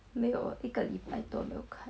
没有一个礼拜多没有看